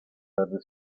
tarde